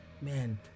man